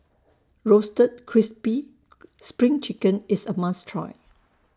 Roasted Crispy SPRING Chicken IS A must Try